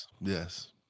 yes